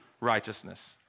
righteousness